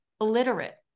illiterate